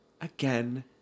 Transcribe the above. Again